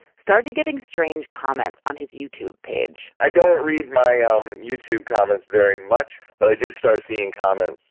started getting strange comments on his youtube page i don't read my ah um youtube comments very much, but i did start seeing comments.